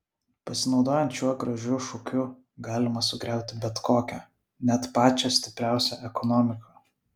pasinaudojant šiuo gražiu šūkiu galima sugriauti bet kokią net pačią stipriausią ekonomiką